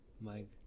Mike